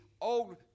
old